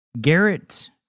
Garrett